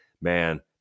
man